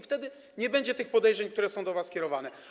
Wtedy nie będzie tych podejrzeń, które są do was kierowane.